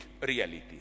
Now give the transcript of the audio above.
reality